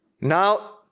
Now